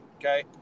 Okay